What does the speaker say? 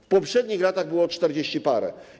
W poprzednich latach było ich czterdzieści parę.